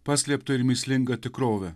paslėptą ir mįslingą tikrovę